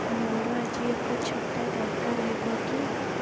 ମୋର ଆଜି ଏକ ଛତା ଦରକାର ହେବ କି